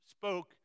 spoke